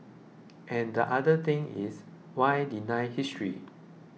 and the other thing is why deny history